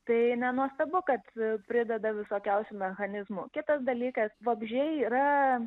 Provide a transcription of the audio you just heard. tai nenuostabu kad prideda visokiausių mechanizmų kitas dalykas vabzdžiai yra